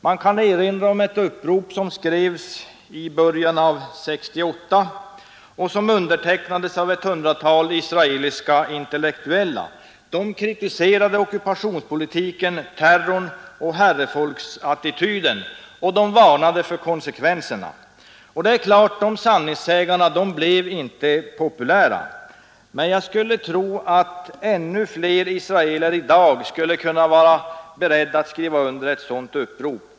Man kan erinra om det upprop som skrevs i början av 1968 och som undertecknades av ett hundratal intellektuella. De kritiserade ockupationspolitiken, terrorn och herrefolksattityden, och de varnade för konsekvenserna. Det är klart att dessa sanningssägare inte blev populära. Men jag skulle tro att ännu fler israeler i dag kan vara beredda att skriva under ett sådant upprop.